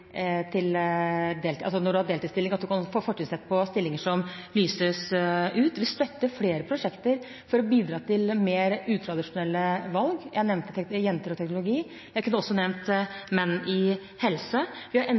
når man har hatt deltidsstilling, kan få fortrinnsrett til stillinger som lyses ut. Vi støtter flere prosjekter for å bidra til mer utradisjonelle valg. Jeg nevnte «Jenter og teknologi». Jeg kunne også nevnt «Menn i helse». Vi har